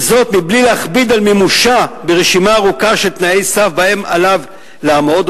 וזאת מבלי להכביד על מימושה ברשימה ארוכה של תנאי סף שבהם עליו לעמוד.